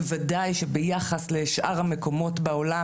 בוודאי שביחס לשאר המקומות בעולם,